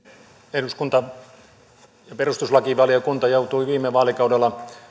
eduskunta ja perustuslakivaliokunta joutui viime vaalikaudella